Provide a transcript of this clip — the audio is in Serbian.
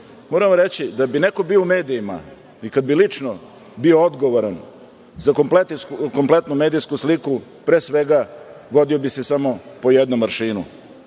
moram reći, da bi neko bio u medijima i kada bi lično bio odgovoran za kompletnu medijsku sliku, pre svega, vodio bi se samo po jednom aršinu.